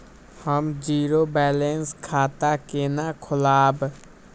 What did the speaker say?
हम zero balance खाता केना खोलाब?